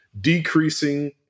decreasing